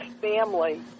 family